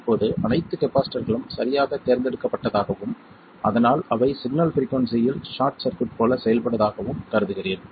இப்போது அனைத்து கப்பாசிட்டர்களும் சரியாக தேர்ந்தெடுக்கப்பட்டதாகவும் அதனால் அவை சிக்னல் பிரிக்குயின்சியில் ஷார்ட் சர்க்யூட் போல செயல்படுவதாகவும் கருதுகிறேன்